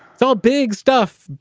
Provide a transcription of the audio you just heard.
so big stuff,